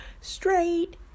straight